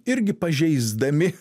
irgi pažeisdami